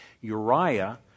Uriah